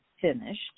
finished